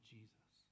Jesus